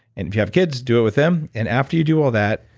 and if you have kids, do it with them and after you do all that,